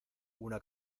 una